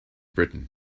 britain